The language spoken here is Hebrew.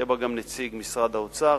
יהיה בה גם נציג משרד האוצר,